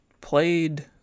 played